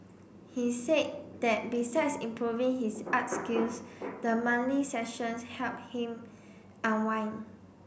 he said that besides improving his art skills the monthly sessions help him unwind